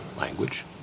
language